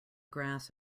grass